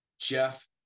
Jeff